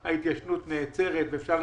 (1)מהי תקופת ההתיישנות לפי סעיף 31,